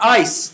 ice